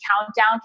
countdown